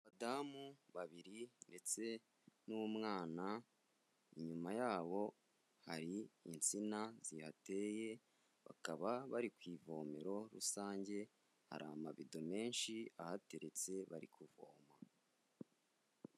Abadamu babiri ndetse n'umwana, inyuma yabo hari insina zihateye bakaba bari ku ivomero rusange, hari amabido menshi ahateretse bari kuvoma.